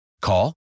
Call